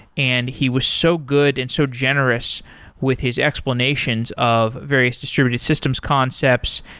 and he was so good and so generous with his explanations of various distributed systems concepts.